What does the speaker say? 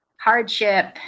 hardship